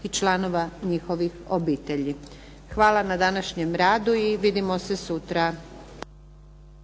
i članova njihovih obitelji. Hvala na današnjem radu i vidimo se sutra.